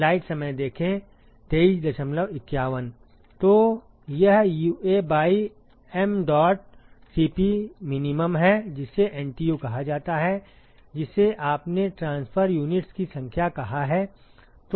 तो यह UA by mdot Cp min है जिसे NTU कहा जाता है जिसे आपने ट्रांसफर यूनिट्स की संख्या कहा है